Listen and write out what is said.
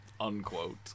Unquote